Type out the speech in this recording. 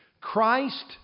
Christ